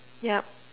yup